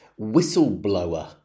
whistleblower